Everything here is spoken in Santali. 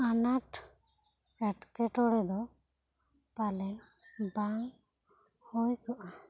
ᱟᱱᱟᱴ ᱮᱴᱠᱮ ᱴᱚᱲᱮ ᱫᱚ ᱯᱟᱞᱮᱱ ᱵᱟᱝ ᱦᱩᱭ ᱠᱚᱜ ᱟ